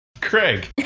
Craig